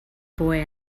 boy